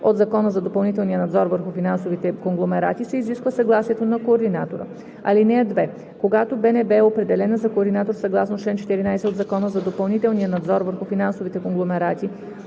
от Закона за допълнителния надзор върху финансовите конгломерати, се изисква съгласието на координатора. (2) Когато БНБ е определена за координатор съгласно чл. 14 от Закона за допълнителния надзор върху финансовите конгломерати,